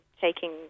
taking